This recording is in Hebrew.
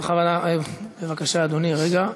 בבקשה, אדוני.